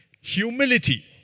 Humility